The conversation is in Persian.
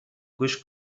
گوش